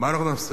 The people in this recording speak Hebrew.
מה אנחנו נעשה?